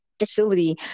facility